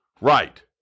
right